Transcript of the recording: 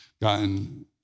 Gotten